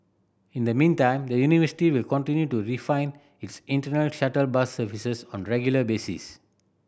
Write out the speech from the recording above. in the meantime the university will continue to refine its internal shuttle bus services on regular basis